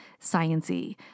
sciencey